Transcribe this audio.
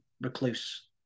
recluse